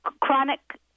chronic